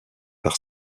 par